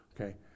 Okay